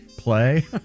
Play